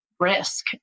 risk